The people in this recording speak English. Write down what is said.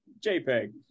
JPEG